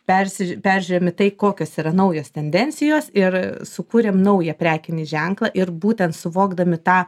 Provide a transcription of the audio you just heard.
persiži peržiūrimi tai kokios yra naujos tendencijos ir sukūrėm naują prekinį ženklą ir būtent suvokdami tą